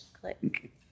click